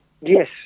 Yes